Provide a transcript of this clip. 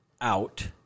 out